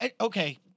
Okay